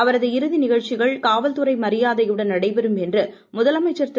அவரது இறுதி நிகழ்ச்சிகள் காவல்துறை மரியாதையுடன் நடைபெறும் என்று முதலமைச்சர் திரு